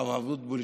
הרב אבוטבול,